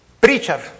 Preacher